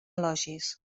elogis